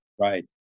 right